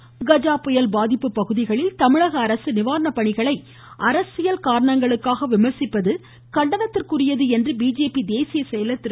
ராஜா கஜா புயல் பாதிப்பு பகுதிகளில் தமிழக அரசு நிவாரணப்பணிகளை அரசியல் காரணங்களுக்காக விமர்சிப்பது கண்டனத்திற்குரியது என்று பிஜேபி தேசிய செயலர் திரு